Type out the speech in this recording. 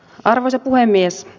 arvoisa puhemies